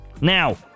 Now